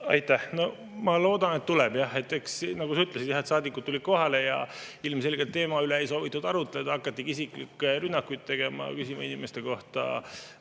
Aitäh! Ma loodan, et tuleb, jah. Nagu sa ütlesid, saadikud tulid kohale ja ilmselgelt teema üle ei soovitud arutleda, hakati isiklikke rünnakuid tegema, küsima inimeste kohta,